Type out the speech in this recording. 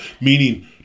meaning